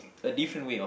a different way of